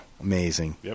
amazing